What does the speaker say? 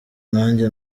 nanjye